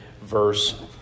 verse